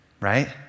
right